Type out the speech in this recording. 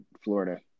Florida